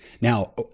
Now